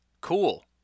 cool